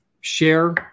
share